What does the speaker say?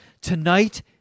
tonight